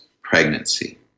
pregnancy